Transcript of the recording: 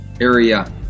area